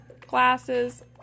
Glasses